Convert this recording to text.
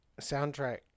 Soundtrack